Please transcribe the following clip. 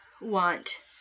want